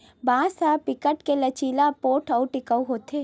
बांस ह बिकट के लचीला, पोठ अउ टिकऊ होथे